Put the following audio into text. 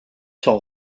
sont